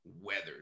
weathered